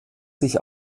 sich